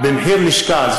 במחיר לשכה,